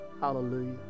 Hallelujah